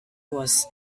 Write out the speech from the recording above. was